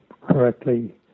correctly